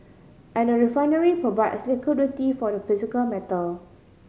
and a refinery provides liquidity for the physical metal